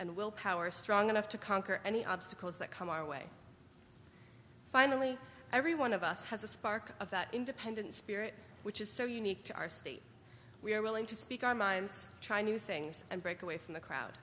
and will power strong enough to conquer any obstacles that come our way finally every one of us has a spark of that independent spirit which is so unique to our state we are willing to speak our minds try new things and break away from the crowd